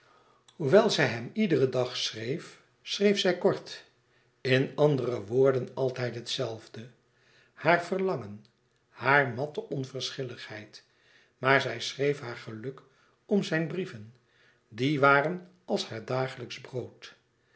hoewel zij hem iederen dag schreef schreef zij kort in andere woorden altijd het zelfde haar verlangen haar matte onverschilligheid maar zij schreef haar geluk e ids aargang om zijn brieven die waren als haar dagelijksch brood